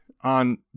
on